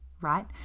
Right